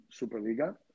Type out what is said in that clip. Superliga